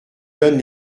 donne